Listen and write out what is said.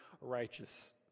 righteous